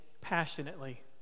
passionately